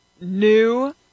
new